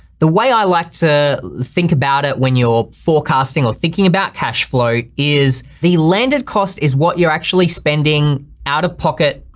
the way i like to think about it when you're forecasting, or thinking about cashflow is the landed cost is what you're actually spending out of pocket,